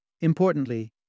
Importantly